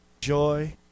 joy